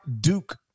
Duke